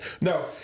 No